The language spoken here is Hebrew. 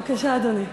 בבקשה, אדוני.